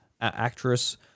actress